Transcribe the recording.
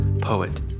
poet